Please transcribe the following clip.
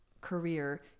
career